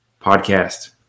podcast